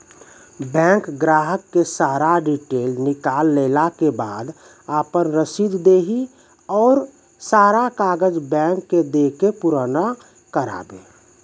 Bank ग्राहक के सारा डीटेल निकालैला के बाद आपन रसीद देहि और सारा कागज बैंक के दे के पुराना करावे?